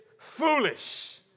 foolish